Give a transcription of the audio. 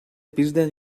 birden